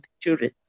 children